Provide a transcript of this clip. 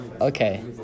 Okay